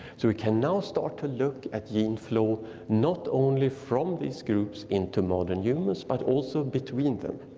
so we can now start to look at gene flow not only from these groups into modern humans but also between them.